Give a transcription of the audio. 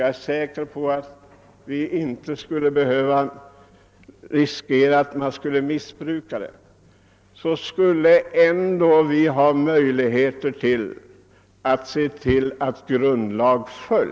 Jag är säker på att vi inte skulle missbruka dess prövningsmöjligheter.